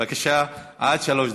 בבקשה, עד שלוש דקות.